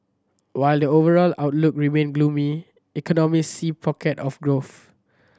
while the overall outlook remain gloomy economists see pocket of growth